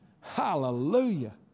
Hallelujah